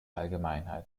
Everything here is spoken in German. allgemeinheit